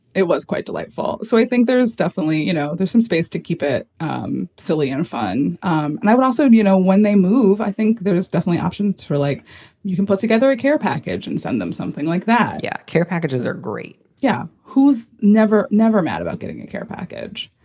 it was quite delightful. so i think there's definitely, you know, there's some space to keep it um silly and fun. um and i would also add, you know, when they move, i think there is definitely options for like you can put together a care package and send them something like that. yeah. care packages are great. yeah. who's never, never mad about getting a care package.